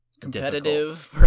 competitive